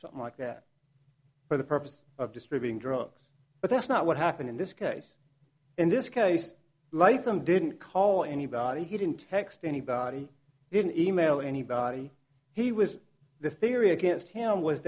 something like that for the purpose of distributing drugs but that's not what happened in this case in this case like them didn't call anybody he didn't text anybody didn't e mail anybody he was the theory against him was